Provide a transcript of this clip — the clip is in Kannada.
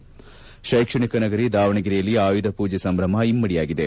ಶ್ಶೆಕ್ಷಣಿಕ ನಗರಿ ದಾವಣಗೆರೆಯಲ್ಲಿ ಆಯುಧ ಪೂಜೆ ಸಂಭ್ರಮ ಇಮ್ನಡಿಯಾಗಿದೆ